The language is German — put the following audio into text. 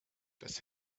das